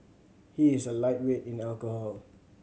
he is a lightweight in alcohol